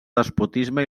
despotisme